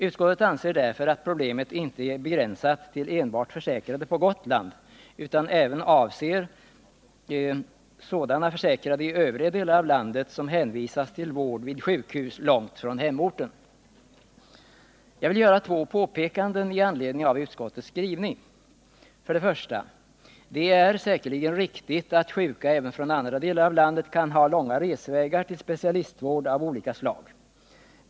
Utskottet anser mot den bakgrunden att problemet inte är begränsat till enbart försäkrade på Gotland utan även avser sådana försäkrade i övriga delar av landet som hänvisas till vård vid sjukhus långt från hemorten. Jag vill göra två påpekanden i anledning av utskottets skrivning. För det första: Det är säkerligen riktigt att sjuka även från andra delar av landet kan ha långa resvägar till specialistvård av olika slag.